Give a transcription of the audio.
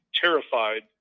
terrified